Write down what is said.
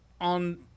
on